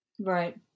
Right